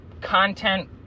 content